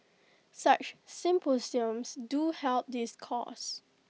such symposiums do help this cause